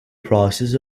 prices